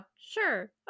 sure